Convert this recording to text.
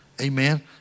amen